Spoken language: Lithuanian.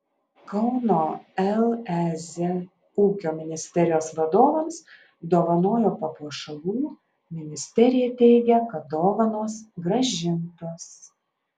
kauno lez ūkio ministerijos vadovams dovanojo papuošalų ministerija teigia kad dovanos grąžintos